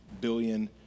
billion